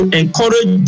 encourage